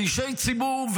באישי ציבור,